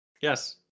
yes